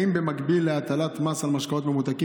1. האם במקביל להטלת מס על משקאות ממותקים